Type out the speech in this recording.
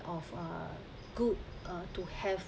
of uh good uh to have